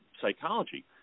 psychology